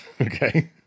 Okay